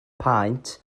paent